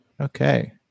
Okay